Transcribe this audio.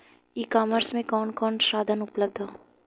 ई कॉमर्स में कवन कवन साधन उपलब्ध ह?